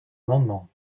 amendement